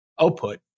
output